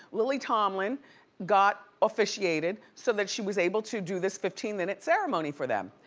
lily tomlin got officiated so that she was able to do this fifteen minute ceremony for them.